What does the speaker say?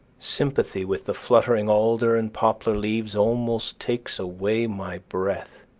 sympathy with the fluttering alder and poplar leaves almost takes away my breath